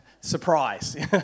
Surprise